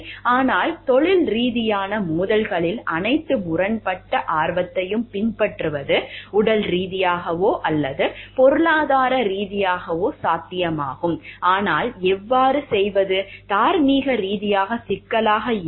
ஆனால் தொழில்ரீதியிலான மோதல்களில் அனைத்து முரண்பட்ட ஆர்வத்தையும் பின்பற்றுவது உடல் ரீதியாகவோ அல்லது பொருளாதார ரீதியாகவோ சாத்தியமாகும் ஆனால் அவ்வாறு செய்வது தார்மீக ரீதியாக சிக்கலாக இருக்கும்